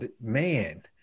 man